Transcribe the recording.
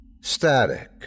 Static